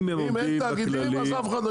אם אין תאגידים, אף אחד לא יתאגד.